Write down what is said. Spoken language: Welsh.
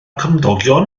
cymdogion